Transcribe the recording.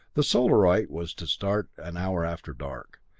the solarite was to start an hour after dark.